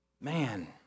Man